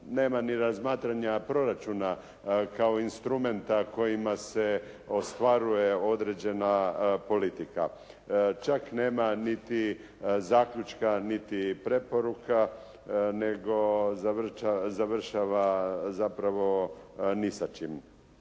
nema ni razmatranja proračuna kao instrumenta kojima se ostvaruje određena politika, čak nema niti zaključka, niti preporuka, nego završava zapravo s ni sa čim.